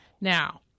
Now